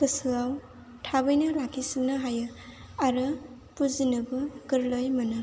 गोसोआव थाबैनो लाखिसिननो हायो आरो बुजिनोबो गोरलै मोनो